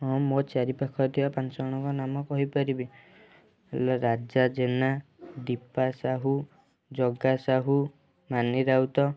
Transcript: ହଁ ମୋ ଚାରିପାଖରେ ଥିବା ପାଞ୍ଚ ଜଣଙ୍କ ନାମ କହିପାରିବି ରାଜା ଜେନା ଦୀପା ସାହୁ ଜଗା ସାହୁ ମାନୀ ରାଉତ